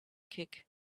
kick